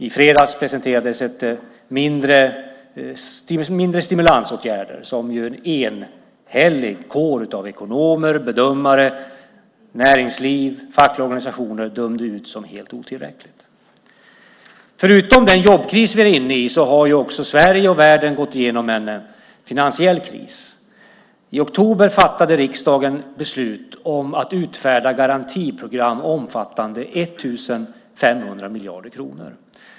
I fredags presenterades mindre stimulansåtgärder, som en enhällig kår av ekonomer, bedömare, näringsliv och fackliga organisationer dömde ut som helt otillräckliga. Förutom den jobbkris vi är inne i har Sverige och världen gått igenom en finansiell kris. I oktober fattade riksdagen beslut om att utfärda garantiprogram omfattande 1 500 miljarder kronor.